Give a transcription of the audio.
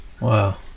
Wow